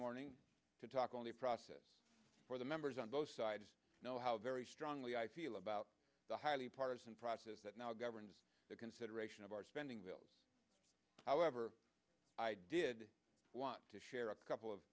morning to talk only process for the members on both sides know how very strongly i feel about the highly partisan process that now governs the consideration of our spending bills however i did want to share a couple of